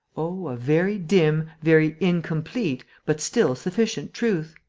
oh, a very dim, very incomplete, but still sufficient truth!